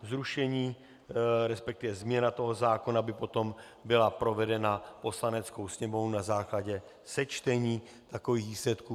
Zrušení, resp. změna toho zákona by potom byla provedena Poslaneckou sněmovnou na základě sečtení takových výsledků.